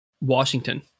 Washington